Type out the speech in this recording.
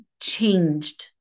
changed